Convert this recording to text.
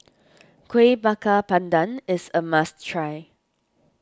Kueh Bakar Pandan is a must try